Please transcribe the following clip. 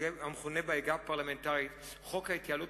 המכונה בעגה הפרלמנטרית חוק ההתייעלות